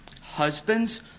husbands